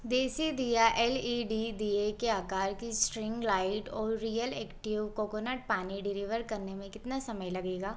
देसी दीया L E D दीये के आकार की स्ट्रिंग लाइट और रियल एक्टिव कोकोनट पानी डिलीवर करने में कितना समय लगेगा